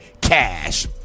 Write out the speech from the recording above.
cash